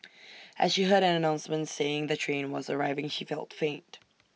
as she heard an announcement saying the train was arriving she felt faint